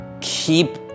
Keep